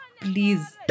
please